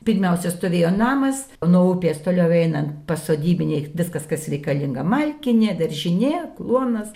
pirmiausia stovėjo namas nuo upės toliau einant pasodybiniai viskas kas reikalinga malkinė daržinė kluonas